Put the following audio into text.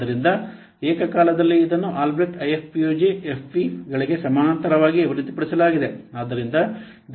ಆದ್ದರಿಂದ ಏಕಕಾಲದಲ್ಲಿ ಇದನ್ನು ಆಲ್ಬ್ರೆಕ್ಟ್ ಐಎಫ್ಪಿಯುಜಿ ಎಫ್ಪಿಗಳಿಗೆ ಸಮಾನಾಂತರವಾಗಿ ಅಭಿವೃದ್ಧಿಪಡಿಸಲಾಗಿದೆ